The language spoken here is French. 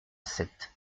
sept